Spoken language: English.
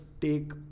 take